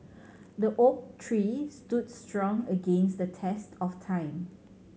the oak tree stood strong against the test of time